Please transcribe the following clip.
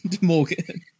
Morgan